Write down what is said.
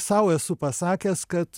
sau esu pasakęs kad